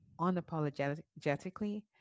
unapologetically